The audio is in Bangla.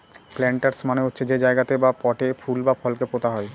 প্লান্টার্স মানে হচ্ছে যে জায়গাতে বা পটে ফুল বা ফলকে পোতা হয়